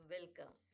Welcome